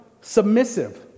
submissive